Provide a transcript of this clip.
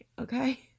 okay